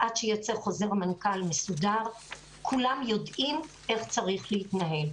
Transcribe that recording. עד שייצא חוזר מנכ"ל מסודר כולם יודעים איך צריך להתנהל.